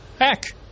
heck